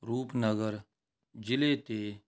ਰੂਪਨਗਰ ਜ਼ਿਲ੍ਹੇ 'ਤੇ